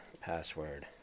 password